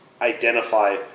identify